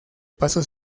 paso